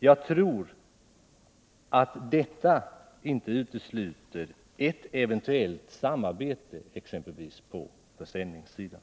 Jag tror att detta inte utesluter ett eventuellt samarbete exempelvis på försäljningssidan.